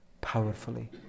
powerfully